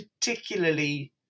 particularly